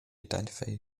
identify